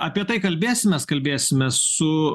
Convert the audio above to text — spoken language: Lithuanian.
apie tai kalbėsimės kalbėsimės su